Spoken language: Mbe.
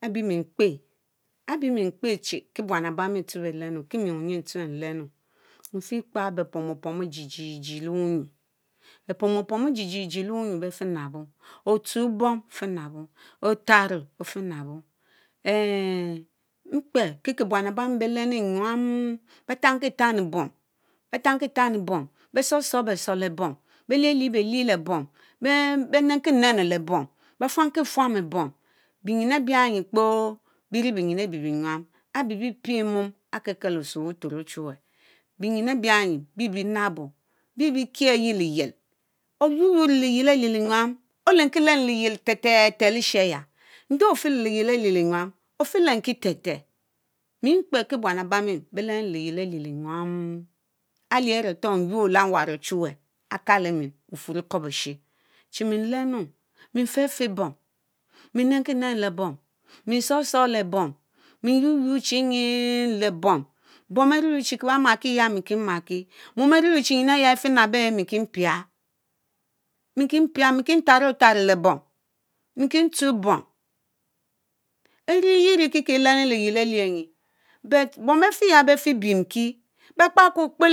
Abimikpe, abimikpe chi ki buan abami beh lenu kie mie unyin tsue mi lenu, mfikpa bepom opomu jiji jie le wunyurr beh pom opomi jie jie jie le wunyu bey finabob; otsue bom ofinabo, otarrh o ofinabo ehh ehh mkpekie buan abami bey lennu enyam béy tanki tanno bom, beh tankie tannie bom, beh tsorr tsorr behtsor lebom, beh lie lie belie le bom; béy nenki nenu le bom, bey fuamkie fuamu bom benyin ebiah enyie kpor beri benyi abie bie nyam abi bie pie mom akekel osue buturo ochuweh; benyin Ɛbianyi bie bie nabo, bie bie kie yehh liyiel. Oyuorr yuorr le liyiel alie lie nyam; olenki lennu liyiel therẽ tẽr tẽr lishaya endeeh ofie léy liyiel alie linyam ofilenki therẽ ter mie kpe kie buan ebami beh lenu lieyiel alie lie nyam alier aretor nyuor lee nwarr ochuweh akalem. Bufurr E'kwobeshe, chihe mẽ lenu; mfefeh bom mẽ nenki nenu leé bom mé sorrh sorh ley bom me yuorr yuorr chie nyie lee bom. Bom beruruchie kie bie makie yá; mi kie mã kie; mom aruruchi nyean aya ifinabo ehh mẽ kie pia, mie kie pia; mi kie tharro otharro lee bom; me kie tsue bom Erie tie rie bie yeah elenu liyiel elie enyie but bom befehya beh fie binki, bekpakokpe